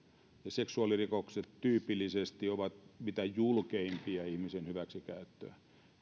seksuaalirikokset tyypillisesti ovat mitä julkeinta ihmisen hyväksikäyttöä